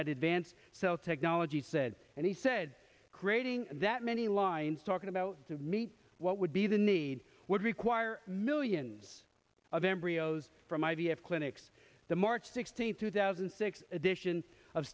at advanced cell technology said and he said creating that many lines talking about to me what would be the need would require millions of embryos from i v s clinics the march sixteenth two thousand and six edition of